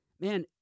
Man